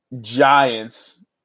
Giants